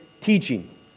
teaching